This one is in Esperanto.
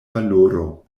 valoro